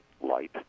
Light